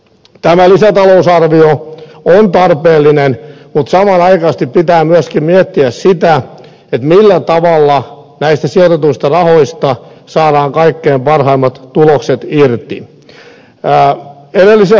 tämä lisätalousarvio on tarpeellinen mutta samanaikaisesti pitää myöskin miettiä sitä millä tavalla näistä sijoitetuista rahoista saadaan kaikkein parhaimmat tulokset irti